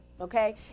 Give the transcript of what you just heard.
Okay